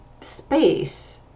space